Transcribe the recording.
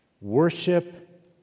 Worship